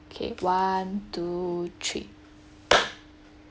okay one two three